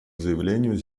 заявлению